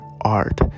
art